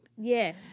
Yes